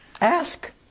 ask